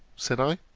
said i.